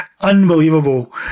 unbelievable